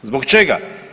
Zbog čega?